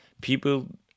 People